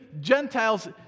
Gentiles